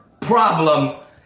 problem